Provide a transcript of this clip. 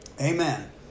Amen